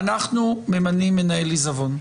אנחנו ממנים מנהל עיזבון.